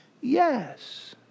Yes